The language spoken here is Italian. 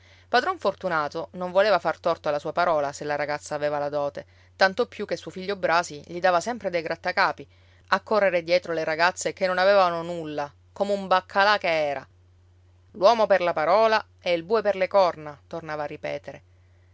padron fortunato non voleva far torto alla sua parola se la ragazza aveva la dote tanto più che suo figlio brasi gli dava sempre dei grattacapi a correre dietro le ragazze che non avevano nulla come un baccalà che era l'uomo per la parola e il bue per le corna tornava a ripetere